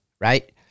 right